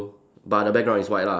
but the background is white lah